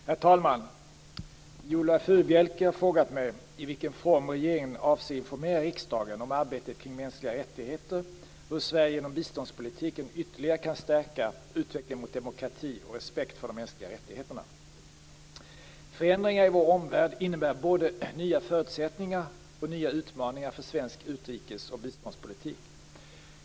Herr talman! Viola Furubjelke har frågat mig i vilken form regeringen avser informera riksdagen om arbetet kring mänskliga rättigheter och hur Sverige genom biståndspolitiken ytterligare kan stärka utvecklingen mot demokrati och respekt för de mänskliga rättigheterna. Förändringar i vår omvärld innebär både nya förutsättningar och nya utmaningar för svensk utrikesoch biståndspolitik.